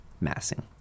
massing